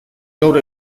gaur